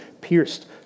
pierced